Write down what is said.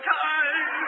time